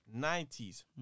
90s